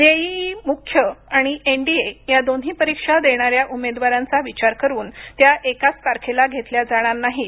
JEE मुख्य आणि NDA या दोन्ही परीक्षा देणाऱ्या उमेदवारांचा विचार करून त्या एकाच तारखेला घेतल्या जाणार नाहीत